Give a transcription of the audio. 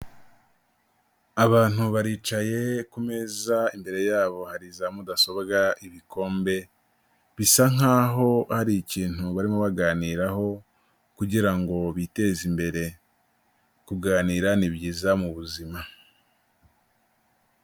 Abantu baricaye ku meza imbere yabo hari za mudasobwa, ibikombe, bisa nk'aho hari ikintu barimo baganiraho kugira ngo biteze imbere. Kuganira n'ibyiza mu buzima.